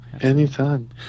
anytime